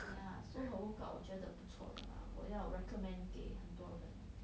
ya so her workout 我觉得不错的 lah 我要 recommend 给很多人